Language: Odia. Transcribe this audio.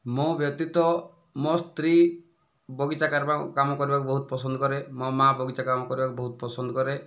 ମୋ ବ୍ୟତୀତ ମୋ ସ୍ତ୍ରୀ ବଗିଚା କାମ କରିବାକୁ ବହୁତ ପସନ୍ଦ କରେ ମୋ ମା' ବଗିଚା କାମ କରିବାକୁ ବହୁତ ପସନ୍ଦ କରେ